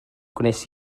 gwnes